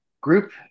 group